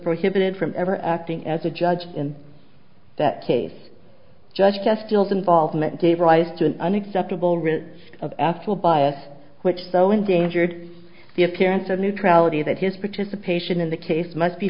prohibited from ever acting as a judge in that case judge just feels involvement gave rise to an unacceptable risk of ethical bias which so endangered the appearance of neutrality that his participation in the case must be